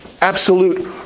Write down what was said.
absolute